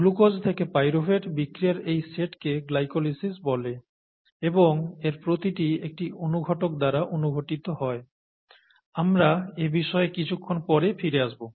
glucose থেকে pyruvate বিক্রিয়ার এই সেটকে গ্লাইকোলাইসিস বলে এবং এর প্রতিটি একটি অনুঘটক দ্বারা অনুঘঠিত হয় আমরা এ বিষয়ে কিছুক্ষণ পরে ফিরে আসব